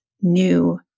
new